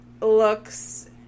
looks